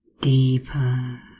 deeper